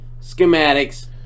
schematics